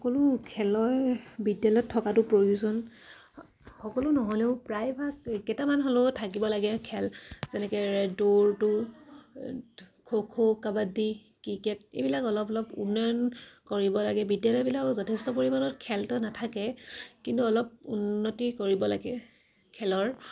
সকলো খেলৰ বিদ্যালয়ত থকাটো প্ৰয়োজন সকলো নহ'লেও প্ৰায়ভাগ কেইটামান হ'লেও থাকিব লাগে খেল যেনেকে দৌৰটো খো খো কাবাডী ক্ৰিকেট এইবিলাক অলপ অলপ উন্নয়ন কৰিব লাগে বিদ্যালয়বিলাক যথেষ্ট পৰিমাণত খেলটো নাথাকে কিন্তু অলপ উন্নতি কৰিব লাগে খেলৰ